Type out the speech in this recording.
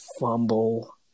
fumble